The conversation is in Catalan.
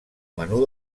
menú